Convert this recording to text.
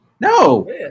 No